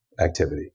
activity